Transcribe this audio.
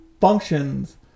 functions